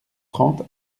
trente